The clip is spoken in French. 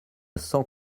cent